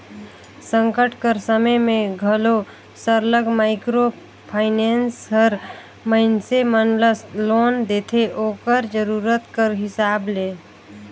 संकट कर समे में घलो सरलग माइक्रो फाइनेंस हर मइनसे मन ल लोन देथे ओकर जरूरत कर हिसाब ले